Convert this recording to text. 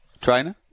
Trainer